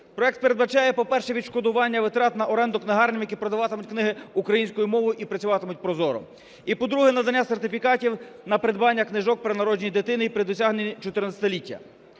Проект передбачає, по-перше, відшкодування витрат на оренду книгарням, які продаватимуть книги українською мовою і працюватимуть прозоро. І, по-друге, надання сертифікатів на придбання книжок при народженні дитини і при досягненні 14-ліття.